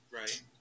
Right